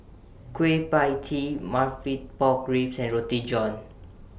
Kueh PIE Tee Pork Ribs and Roti John